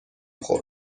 خورد